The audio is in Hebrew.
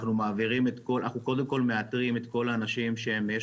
אנחנו קודם כל מאתרים את כל האנשים שיש